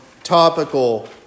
Topical